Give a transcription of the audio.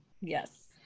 Yes